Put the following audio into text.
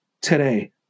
today